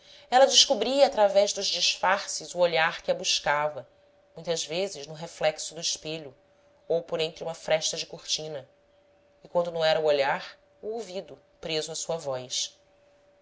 ela descobria através dos disfarces o olhar que a buscava muitas vezes no reflexo do espelho ou por entre uma fresta de cortina e quando não era o olhar o ouvido preso à sua voz